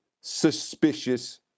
suspicious